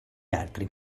altri